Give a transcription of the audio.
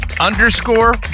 underscore